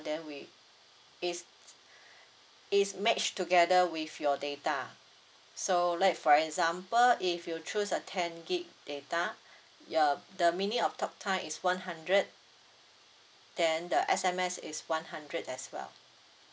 then we is is matched together with your data so like for example if you choose a ten gig data your the minute of talk time is one hundred then the S_M_S is one hundred as well